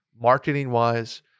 marketing-wise